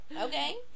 okay